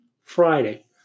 Friday